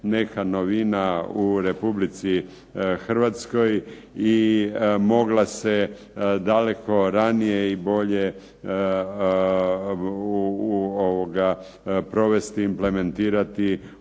neka novina u Republici Hrvatskoj i mogla se daleko ranije i bolje provesti i implementirati